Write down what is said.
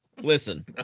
Listen